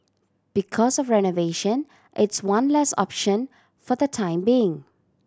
because of renovation it's one less option for the time being